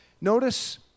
notice